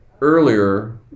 earlier